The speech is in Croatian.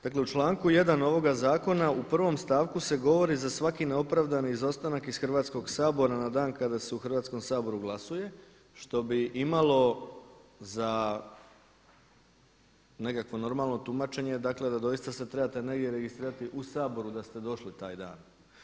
Dakle u članku 1. ovoga Zakona u prvom stavku se govori za svaki neopravdani izostanak iz Hrvatskoga sabora na dan kada se u Hrvatskom saboru glasuje, što bi imalo za nekakvo normalno tumačenje, dakle da doista se trebate negdje registrirati u Saboru da ste došli taj dan.